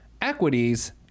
equities